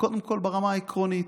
קודם כול ברמה העקרונית,